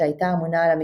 שהייתה אמונה על המטבח.